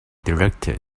directed